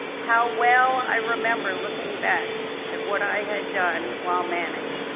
how well i remember looking back at what i had done while manic,